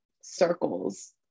circles